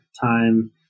time